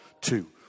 two